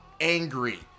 angry